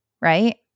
right